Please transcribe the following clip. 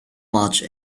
much